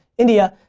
india,